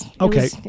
Okay